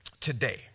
today